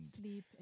Sleep